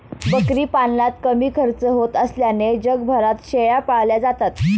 बकरी पालनात कमी खर्च होत असल्याने जगभरात शेळ्या पाळल्या जातात